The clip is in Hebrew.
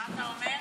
מה אתה אומר?